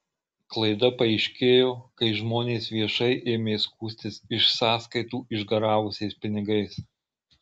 klaida paaiškėjo kai žmonės viešai ėmė skųstis iš sąskaitų išgaravusiais pinigais